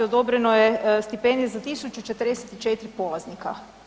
Odobreno je stipendija za 1044 polaznika.